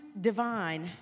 divine